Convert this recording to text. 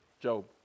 Job